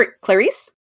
Clarice